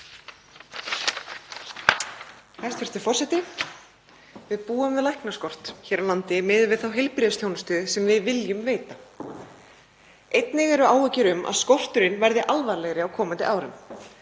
Hæstv. forseti. Við búum við læknaskort hér á landi miðað við þá heilbrigðisþjónustu sem við viljum veita. Einnig eru áhyggjur af því að skorturinn verði alvarlegri á komandi árum.